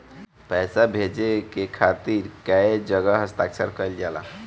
पैसा भेजे के खातिर कै जगह हस्ताक्षर कैइल जाला?